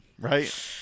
right